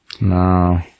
No